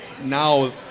now